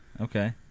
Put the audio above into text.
Okay